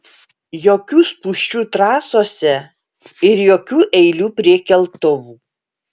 jokių spūsčių trasose ir jokių eilių prie keltuvų